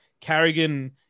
Carrigan